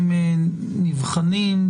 נבחנים,